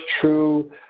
true